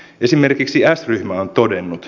esimerkiksi s ryhmä on todennut